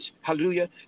Hallelujah